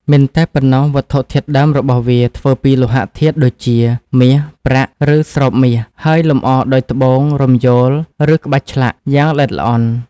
មិនតែប៉ុណ្ណោះ វត្ថុធាតុដើមរបស់វាធ្វើពីលោហៈធាតុដូចជា មាស ប្រាក់ ឬស្រោបមាស ហើយលម្អដោយត្បូង រំយោល ឬក្បាច់ឆ្លាក់ យ៉ាងល្អិតល្អន់។